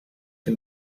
can